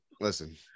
listen